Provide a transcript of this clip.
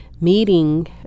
meeting